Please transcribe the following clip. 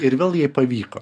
ir vėl jai pavyko